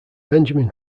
benjamin